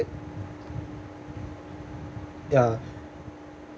ya